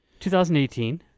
2018